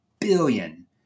billion